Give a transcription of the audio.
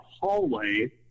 hallway